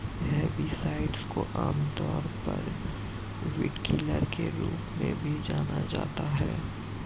herbicides को आमतौर पर वीडकिलर के रूप में भी जाना जाता है